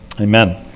Amen